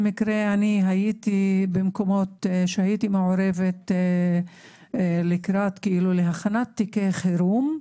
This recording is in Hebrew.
במקרה במקומות שהייתי מעורבת להכנת תיקי חירום.